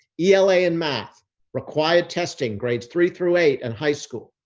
ela and math required testing grades three through eight and high school,